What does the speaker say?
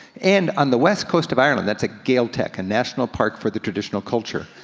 and on the west coast of ireland, that's at gaeltacht, a national park for the traditional culture.